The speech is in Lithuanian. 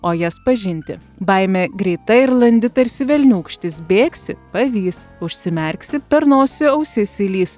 o jas pažinti baimė greita ir landi tarsi velniūkštis bėgsi pavys užsimerksi per nosį ausis įlįs